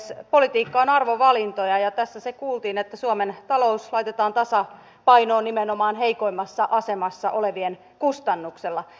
politiikka on arvovalintoja ja tässä se kuultiin että suomen talous laitetaan tasapainoon nimenomaan heikoimmassa asemassa olevien kustannuksella